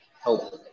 help